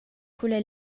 culla